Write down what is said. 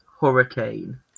Hurricane